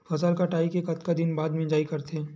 फसल कटाई के कतका दिन बाद मिजाई करथे?